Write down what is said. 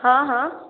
हँ हँ